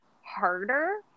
harder